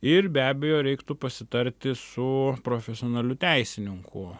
ir be abejo reiktų pasitarti su profesionaliu teisininku